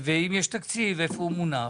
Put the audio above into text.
אם יש תקציב, איפה הוא מונח?